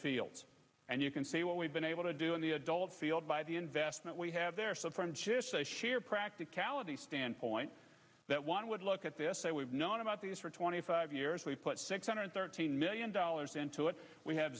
fields and you can see what we've been able to do in the adult field by the investment we have there so here practicality standpoint that one would look at this say we've known about these for twenty five years we put six hundred thirteen million dollars into it we have